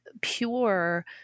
pure